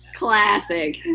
Classic